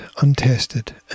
untested